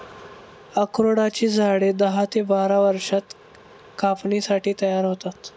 अक्रोडाची झाडे दहा ते बारा वर्षांत कापणीसाठी तयार होतात